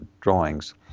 drawings